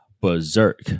berserk